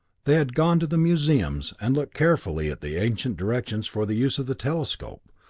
they had gone to the museums and looked carefully at the ancient directions for the use of the telectroscope,